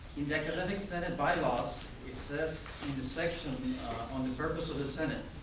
the academic senate bylaws it says in the section on the purpose of the senate,